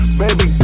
baby